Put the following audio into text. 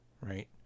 Right